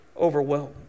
overwhelmed